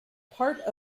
part